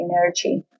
energy